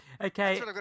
Okay